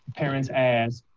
parents ask,